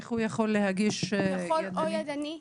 איך הוא יכול להגיש --- הוא יכול או ידנית,